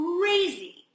crazy